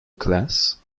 class